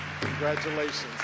Congratulations